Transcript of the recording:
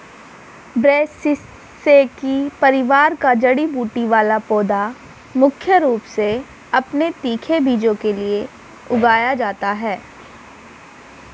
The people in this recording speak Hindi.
ब्रैसिसेकी परिवार का जड़ी बूटी वाला पौधा मुख्य रूप से अपने तीखे बीजों के लिए उगाया जाता है